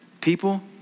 people